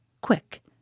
Quick